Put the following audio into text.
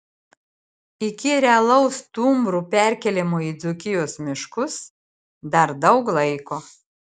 iki realaus stumbrų perkėlimo į dzūkijos miškus dar daug laiko